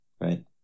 Right